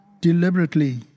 deliberately